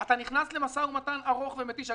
אתה נכנס למשא ומתן ארוך ומתיש.